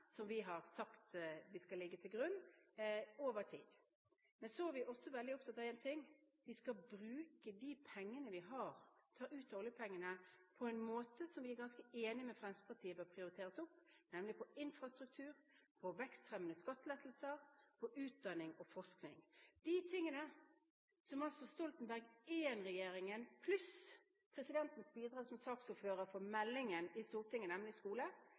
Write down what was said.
som vi har sagt vi skal legge til grunn over tid. Men så er vi også veldig opptatt av en ting: Vi skal bruke de pengene vi har – ta ut oljepenger – på områder som vi er ganske enig med Fremskrittspartiet bør prioriteres opp: infrastruktur, vekstfremmende skattelettelser, utdanning og forskning – pluss presidentens bidrag som saksordfører i forbindelse med meldingen til Stortinget, nemlig skole